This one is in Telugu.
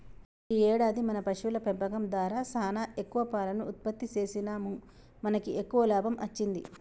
ఈ ఏడాది మన పశువుల పెంపకం దారా సానా ఎక్కువ పాలను ఉత్పత్తి సేసినాముమనకి ఎక్కువ లాభం అచ్చింది